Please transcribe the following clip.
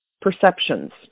perceptions